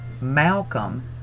Malcolm